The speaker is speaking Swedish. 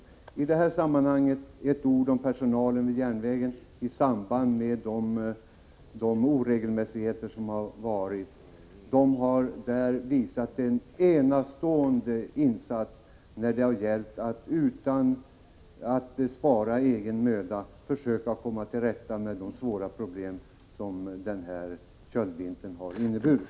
Jag vill i detta sammanhang säga några ord om järnvägspersonalens arbete under de oregelmässiga förhållandena. Personalen har gjort en enastående insats och har utan att spara egen möda försökt att komma till rätta med de svåra problem som denna köldvinter har medfört.